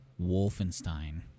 Wolfenstein